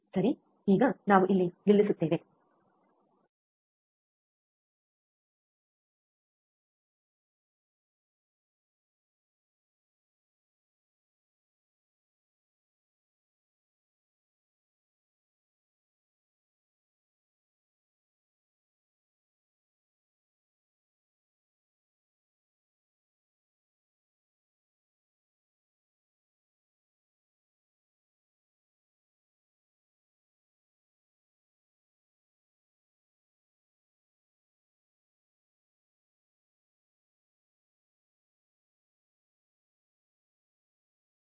ಈಗ ನಾವು ಇಲ್ಲಿ ನಿಲ್ಲಿಸುತ್ತೇವೆ